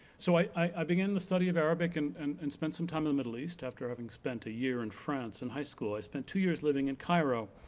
so i i began the study of arabic and and and spent some time in the middle east, after having spent a year in france in high school. i spent two years living in cairo,